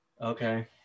okay